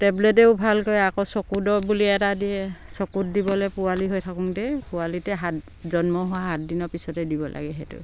টেবলেতেও ভাল কৰে আকৌ চকু দৰৱ বুলি এটা দিয়ে চকুত দিবলে পোৱালি হৈ থাকোঁতেই পোৱালিতে জন্ম হোৱাৰ সাত দিনৰ পিছতে দিব লাগে সেইটো